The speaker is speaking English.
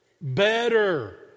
better